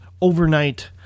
overnight